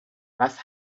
was